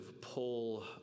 pull